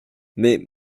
mais